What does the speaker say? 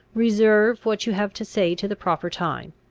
reserve what you have to say to the proper time.